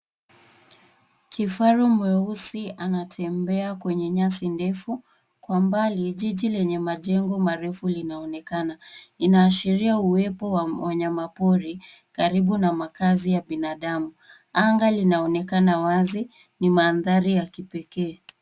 Kifaru mweusi anatembea kwenye nyasi ndefu. Kwa mbali jiji lenye majengo marefu linaonekana. Inaashiria uwepo wa wanyamapori karibu na makazi ya binadamu. Anga linaonekana wazi. Ni mandhari ya kipekee.